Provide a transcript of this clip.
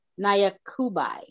Nayakubai